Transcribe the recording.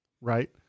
right